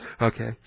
Okay